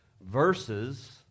Verses